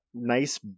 Nice